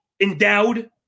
endowed